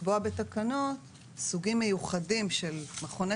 לקבוע בתקנות סוגים מיוחדים של מכוני